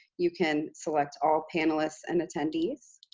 you can select all panelists and attendees.